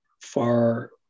far